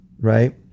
right